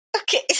Okay